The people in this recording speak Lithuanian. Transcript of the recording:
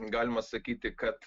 galima sakyti kad